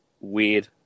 weird